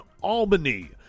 Albany